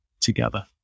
together